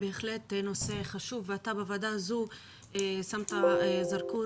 בהחלט נושא חשוב ואתה בוועדה הזו שמת זרקור